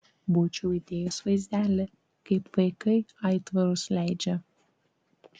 būčiau įdėjęs vaizdelį kaip vaikai aitvarus leidžia